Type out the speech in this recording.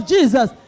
Jesus